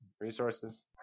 Resources